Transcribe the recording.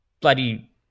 bloody